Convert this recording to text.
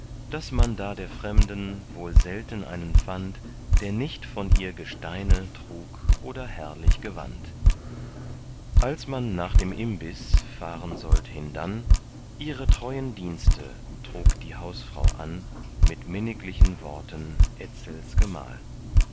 daß man da der fremden wohl selten einen fand der nicht von ihr gesteine trug oder herrlich gewand als man nach dem imbiß fahren sollt hindann ihre treuen dienste trug die hausfrau an mit minniglichen worten etzels gemahl